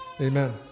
Amen